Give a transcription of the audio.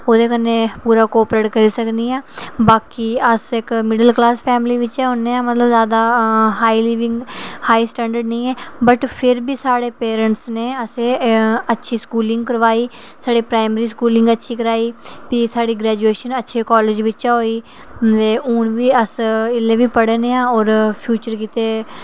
ओह्दे कन्नै ओह्दा को आपरेट करी सकनी आं बाकी अस इक्क मिडिल क्लॉस बिच्चा औने आं इक्क जादा हाई स्टैंडर्ड निं ऐ पर फिर बी साढ़े पेरेंट नै असेंगी अच्छी स्कूलिंग कराई साढ़ी प्राईमरी स्कूलिंग अच्छी कराई भी साढ़ी ग्रेजूएशन अच्छे स्कूला बिच्चा होई ते हून बी अस ऐल्लै बी पढ़ा नै आं फ्यूचर गितै